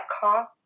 car